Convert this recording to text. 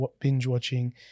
binge-watching